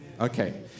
Okay